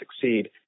succeed